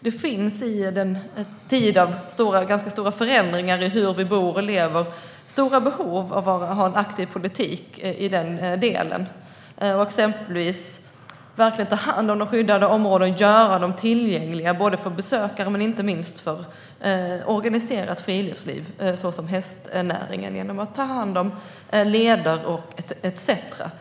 I vår tid med ganska stora förändringar i hur vi bor och lever finns behov av en aktiv politik i denna del. Det gäller exempelvis att verkligen ta hand om de skyddade områdena och göra dem tillgängliga för både besökare och organiserad friluftsnäring, som hästnäringen, genom att ta hand om leder etcetera.